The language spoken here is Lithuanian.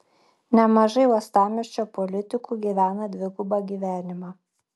nemažai uostamiesčio politikų gyvena dvigubą gyvenimą